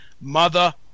Mother